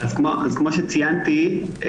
כמו שציינתי,